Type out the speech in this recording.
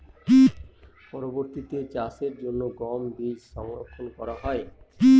পরবর্তিতে চাষের জন্য গম বীজ সংরক্ষন করা হয়?